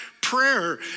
prayer